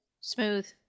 Smooth